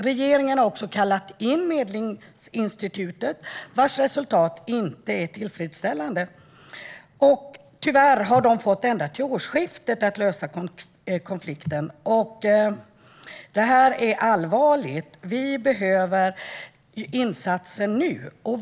Regeringen har dessutom kallat in Medlingsinstitutet, vars resultat inte är tillfredsställande. Tyvärr har de fått ända till årsskiftet att lösa konflikten. Detta är allvarligt. Vi behöver insatser nu.